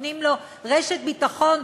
נותנים לו רשת ביטחון,